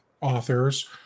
authors